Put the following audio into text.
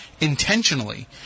intentionally